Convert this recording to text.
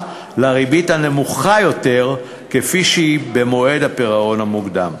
לבין הריבית הנמוכה יותר כפי שהיא במועד הפירעון המוקדם.